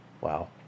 wow